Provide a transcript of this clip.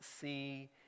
see